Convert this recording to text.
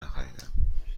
نخریدهام